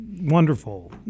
wonderful